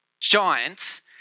giants